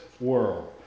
world